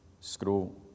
scroll